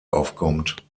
aufkommt